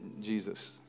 Jesus